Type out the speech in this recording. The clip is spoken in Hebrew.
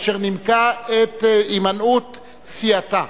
אשר נימקה את הימנעות סיעתה.